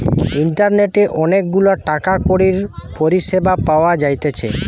ইন্টারনেটে অনেক গুলা টাকা কড়ির পরিষেবা পাওয়া যাইতেছে